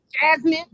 Jasmine